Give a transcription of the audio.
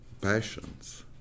passions